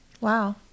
Wow